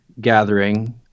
gathering